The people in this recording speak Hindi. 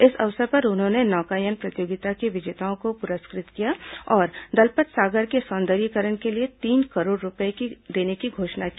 इस अवसर पर उन्होंने नौकायन प्रतियोगिता के विजेताओं को पुरस्कृत किया और दलपत सागर के सौंदर्यीकरण के लिए तीन करोड़ रूपये देने की घोषणा की